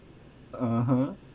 (uh huh)